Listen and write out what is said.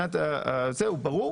מביים